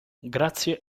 grazie